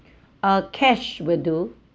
uh cash will do